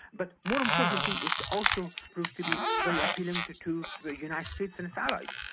but more importantly it's also proved to be very appealing to to the united states and its allies.